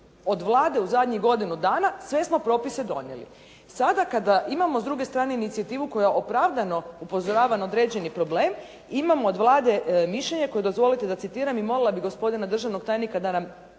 od Vlade u zadnjih godinu dana, sve smo propise donijeli. Sada kada imamo s druge strane inicijativu koja opravdano upozorava na određeni problem imamo od Vlade mišljenje, koje dozvolite da citiram i molila bih gospodina državnog tajnika da malo